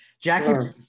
Jackie